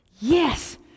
Yes